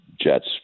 Jets